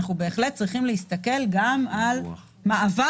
אנחנו בהחלט צריכים להסתכל גם על מעבר